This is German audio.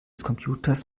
computers